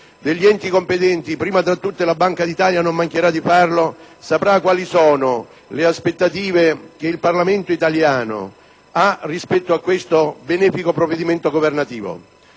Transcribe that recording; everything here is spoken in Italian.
degli enti competenti, prima fra tutti la Banca d'Italia, non mancheranno di farlo) saprà quali sono le aspettative che il Parlamento italiano assegna a questo benefico provvedimento governativo.